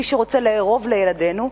מי שרוצה לארוב לילדינו,